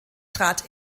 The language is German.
trat